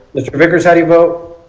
mister vickers how do you vote?